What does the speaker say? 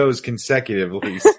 consecutively